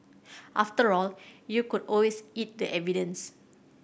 after all you could always eat the evidence